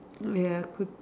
ya could